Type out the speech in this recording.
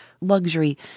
luxury